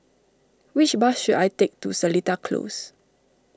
which bus should I take to Seletar Close